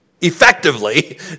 effectively